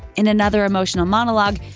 in another emotional monologue,